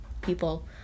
people